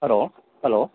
hello hello